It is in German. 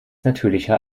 natürlicher